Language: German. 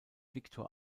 victor